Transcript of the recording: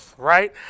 Right